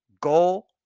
Goal